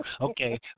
Okay